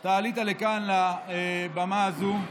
אתה עלית לכאן לבמה הזו,